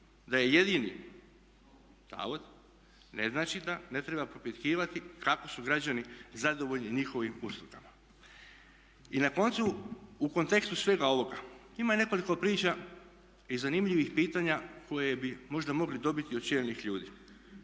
da je jedini zavod ne znači da ne treba propitkivati kako su građani zadovoljni njihovim uslugama. I na koncu u kontekstu svega ovoga ima i nekoliko priča i zanimljivih pitanja koje bi možda mogli dobiti od čelnih ljudi